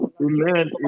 Amen